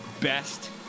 best